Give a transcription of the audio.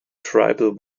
tribal